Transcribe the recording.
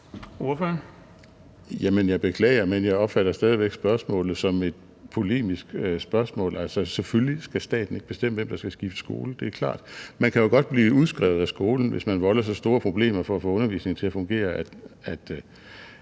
(LA): Jeg beklager, men jeg opfatter stadig væk spørgsmålet som et polemisk spørgsmål. Altså, selvfølgelig skal staten ikke bestemme, hvem der skal skifte skole – det er klart. Man kan jo godt blive udskrevet af skolen, hvis man volder så store problemer med hensyn til at få undervisningen til at fungere,